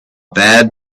bad